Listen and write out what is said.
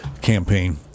campaign